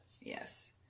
yes